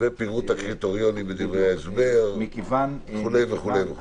ופירוט הקריטריונים בדברי ההסבר וכולי וכולי וכולי.